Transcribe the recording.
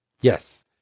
Yes